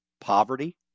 Poverty